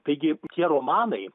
taigi tie romanai